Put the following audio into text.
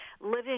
living